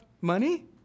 money